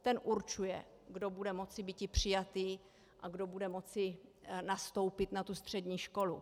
Ten určuje, kdo bude moci býti přijat a kdo bude moci nastoupit na střední školu.